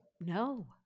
No